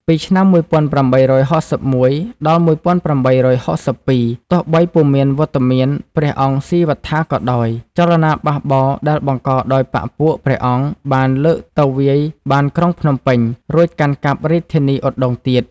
ពីឆ្នាំ ១៨៦១-១៨៦២ ទោះបីពុំមានវត្តមានព្រះអង្គស៊ីវត្ថាក៏ដោយ ចលនាបះបោរដែលបង្កដោយបក្សពួកព្រះអង្គបានលើកទៅវាយបានក្រុងភ្នំពេញ រួចកាន់កាប់រាជធានីឧដុង្គទៀត។